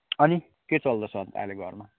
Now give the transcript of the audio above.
अनि के चल्दैछ अन्त अहिले घरमा